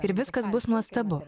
ir viskas bus nuostabu